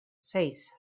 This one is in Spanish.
seis